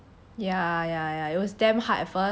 ya ya ya it was damn hard at first but like